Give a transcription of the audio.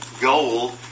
goal